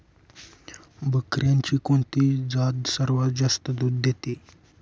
बकऱ्यांची कोणती जात सर्वात जास्त दूध देते?